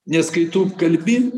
nes kai tu kalbi